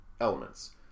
elements